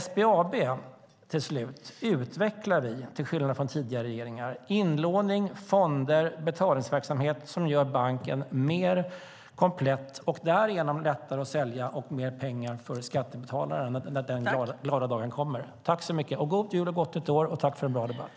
Vi utvecklar SBAB, till skillnad från tidigare regeringar. Inlåning, fonder och betalningsverksamhet gör banken mer komplett och därigenom lättare att sälja, och det ger mer pengar till skattebetalarna när den glada dagen kommer. God jul och gott nytt år och tack för en bra debatt!